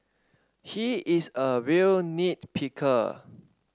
he is a real nit picker